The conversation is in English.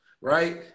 right